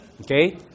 Okay